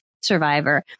Survivor